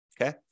okay